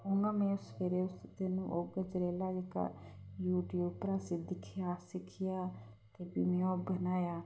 उयां में सवेरे उस दिन गजरेला जेह्का यूट्यूब परा उसी दिक्खेआ सिक्खेआ ते फ्ही में ओह् बनाया